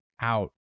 out